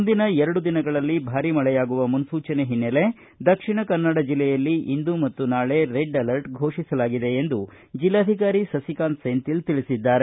ಮುಂದಿನ ಎರಡು ದಿನಗಳಲ್ಲಿ ಭಾರೀ ಮಳೆಯಾಗುವ ಮುನ್ನೂಚನೆ ಹಿನ್ನೆಲೆಯಲ್ಲಿ ದಕ್ಷಿಣ ಕನ್ನಡ ಜಿಲ್ಲೆಯಲ್ಲಿ ಇಂದು ಮತ್ತು ನಾಳೆ ರೆಡ್ ಅಲರ್ಟ್ ಘೋಷಿಸಲಾಗಿದೆ ಎಂದು ಜಿಲ್ಲಾಧಿಕಾರಿ ಸಸಿಕಾಂತ್ ಸೆಂಥಿಲ್ ತಿಳಿಸಿದ್ದಾರೆ